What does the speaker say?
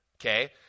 Okay